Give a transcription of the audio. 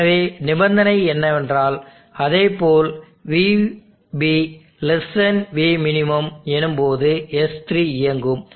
எனவே நிபந்தனை என்னவென்றால் அதைப்போல VB Vmin எனும்போது S3 இயங்கும்